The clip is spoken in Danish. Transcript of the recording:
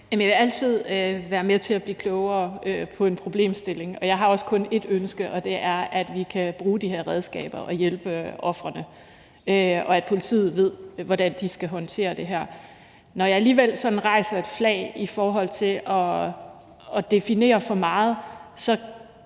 jeg vil altid være med til at blive klogere på en problemstilling, og jeg har også kun ét ønske, og det er, at vi kan bruge de her redskaber og hjælpe ofrene, og at politiet ved, hvordan de skal håndtere det her. Når jeg alligevel sådan hejser et flag i forhold til at definere det for meget, er